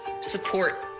support